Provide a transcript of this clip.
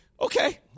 Okay